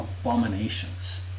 abominations